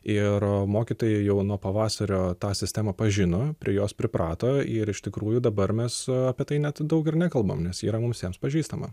ir mokytojai jau nuo pavasario tą sistemą pažino prie jos priprato ir iš tikrųjų dabar mes apie tai net daug ir nekalbam nes yra mums visiems pažįstama